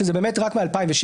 שזה באמת רק מ-2016,